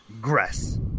Grass